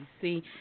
See